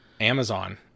Amazon